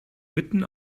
mitten